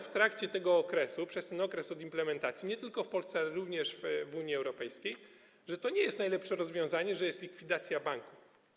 W trakcie tego okresu, przez ten okres od implementacji uznano, nie tylko w Polsce, ale również w Unii Europejskiej, że to nie jest najlepsze rozwiązanie, że jest likwidacja banku.